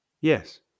Yes